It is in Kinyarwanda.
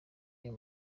ayo